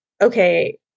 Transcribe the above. okay